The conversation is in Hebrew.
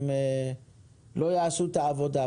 לא יעשו את העבודה.